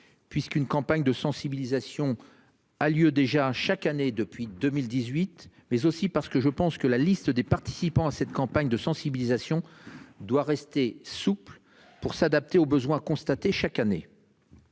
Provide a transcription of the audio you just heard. puisqu'une campagne de sensibilisation a lieu déjà chaque année depuis 2018 mais aussi parce que je pense que la liste des participants à cette campagne de sensibilisation doit rester souple pour s'adapter aux besoins constatés chaque année.